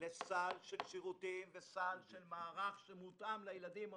לסל של שירותים וסל של מערך שמותאם לילדים המורכבים.